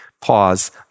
Pause